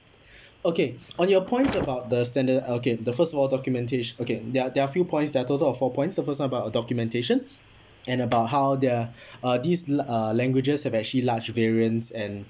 okay on your point about the standard okay the first of all documenta~ okay there're there're few points that are a total of four points the first about documentation and about how their uh these uh languages have actually large variance and